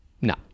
No